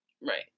Right